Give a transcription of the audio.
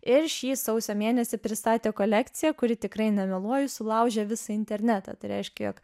ir šį sausio mėnesį pristatė kolekciją kuri tikrai nemeluoju sulaužė visą internetą tai reiškia jog